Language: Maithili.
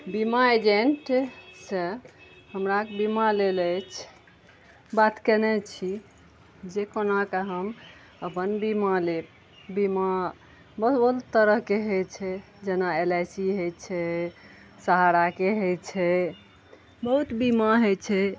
बीमा एजेन्ट सऽ हमरा बीमा लै लए अछि बात कयने छी जे कोना कऽ हम अपन बीमा लेब बीमा बहुत तरहके होइ छै जेना एल आई सी होइ छै सहाराके होइ छै बहुत बीमा होइ छै